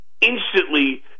instantly